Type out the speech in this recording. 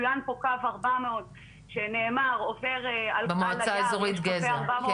צוין פה קו 400 שנאמר עובר --- במועצה האזורית גזר.